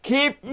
Keep